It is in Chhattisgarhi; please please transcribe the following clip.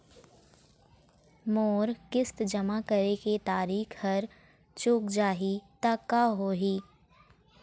मोर किस्त जमा करे के तारीक हर चूक जाही ता का होही?